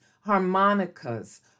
harmonicas